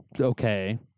okay